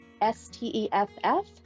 S-T-E-F-F